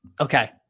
okay